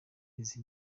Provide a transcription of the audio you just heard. izi